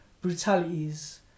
brutalities